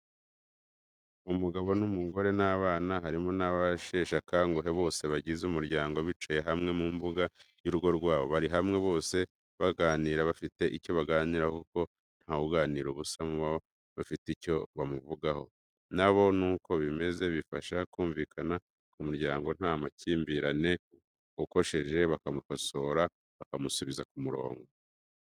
Umugabo, umugore n'abana, harimo n'abasheshe akanguhe, bose bagize umuryango bicaye hamwe mu mbuga y'urugo rwabo, bari hamwe bose baraganira, bafite icyo baganiraho kuko ntawuganira ubusa muba mufite icyo muvugaho. Na bo nuko bimeze. Bifasha kumvikana ku muryango ntamakimbirane, ukosheje bakamukosora, bakamusubiza ku murongo.